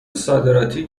صادراتی